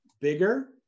bigger